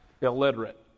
Illiterate